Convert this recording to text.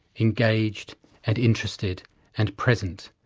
engaged and interested and present,